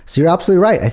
so you're absolutely right.